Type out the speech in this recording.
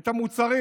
את המוצרים?